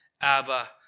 Abba